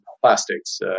plastics